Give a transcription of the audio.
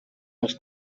els